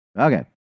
Okay